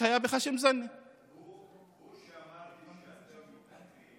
הוא שאמרתי, שאתם מתנגדים לכל,